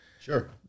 Sure